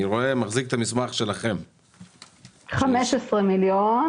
אני מחזיק את המסמך שלכם שנשלח --- אמרתי 15 מיליון.